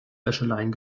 wäscheleinen